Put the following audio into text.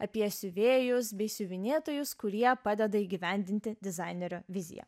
apie siuvėjus bei siuvinėtojus kurie padeda įgyvendinti dizainerio viziją